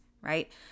right